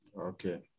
Okay